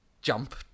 jump